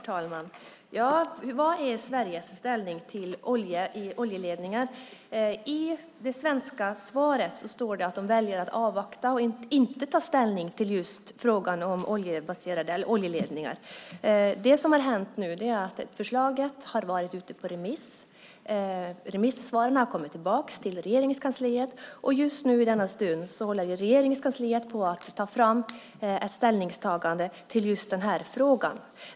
Herr talman! Vad är Sveriges ställning i frågan om oljeledningar? I det svenska svaret står det att man väljer att avvakta och inte ta ställning till just frågan om oljeledningar. Förslaget har varit ute på remiss. Remissvaren har kommit till Regeringskansliet, och just i denna stund håller Regeringskansliet på att ta fram ett ställningstagande i denna fråga.